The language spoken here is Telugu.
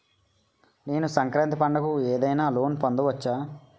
నేను సంక్రాంతి పండగ కు ఏదైనా లోన్ పొందవచ్చా?